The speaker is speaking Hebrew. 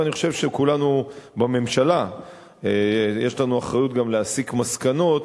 ואני חושב שלכולנו בממשלה יש אחריות גם להסיק מסקנות